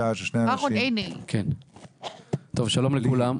שלום לכולם.